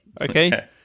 Okay